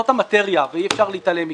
זאת המטריה ואי אפשר להתעלם מכך.